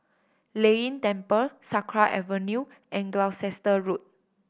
Lei Yin Temple Sakra Avenue and Gloucester Road